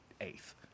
eighth